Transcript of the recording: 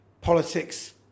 politics